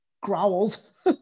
growls